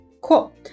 Cool